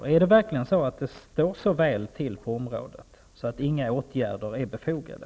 Står det verkligen så väl till på området att inga åtgärder är befogade?